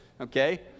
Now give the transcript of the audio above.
okay